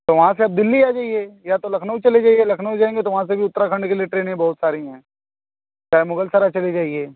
तो वहाँ से दिल्ली आ जाइए या तो लखनऊ चले जाइए लखनऊ जायेंगे तो वहाँ से अभी उत्तराखंड के लिए ट्रेनें बहुत सारी हैं चाहे मुग़ल सारे चले जाइए